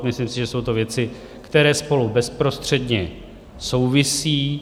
Myslím si, že jsou to věci, které spolu bezprostředně souvisí.